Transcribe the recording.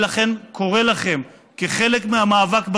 לכן אני קורא לכם, כחלק מהמאבק בטרור,